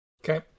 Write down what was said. Okay